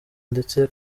ndetse